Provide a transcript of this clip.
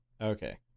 Okay